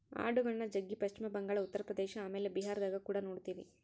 ಆಡುಗಳ್ನ ಜಗ್ಗಿ ಪಶ್ಚಿಮ ಬಂಗಾಳ, ಉತ್ತರ ಪ್ರದೇಶ ಆಮೇಲೆ ಬಿಹಾರದಗ ಕುಡ ನೊಡ್ತಿವಿ